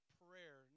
prayer